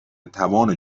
توان